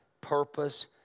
purpose